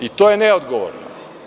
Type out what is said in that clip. I to je neodgovorno.